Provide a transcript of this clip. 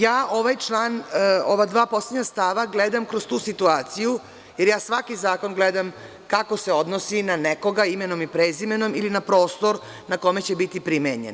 Ja ovaj član, ova dva poslednja stava, gledam kroz tu situaciju, jer svaki zakon gledam kako se odnosi na nekoga imenom i prezimenom ili na prostor na kome će biti primenjen.